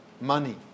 money